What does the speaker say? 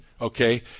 Okay